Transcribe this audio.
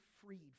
freed